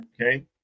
Okay